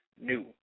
new